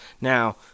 now